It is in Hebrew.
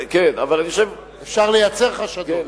אפשר לייצר חשדות.